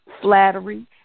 flattery